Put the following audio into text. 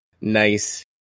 Nice